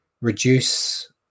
reduce